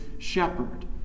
Shepherd